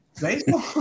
Baseball